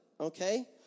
okay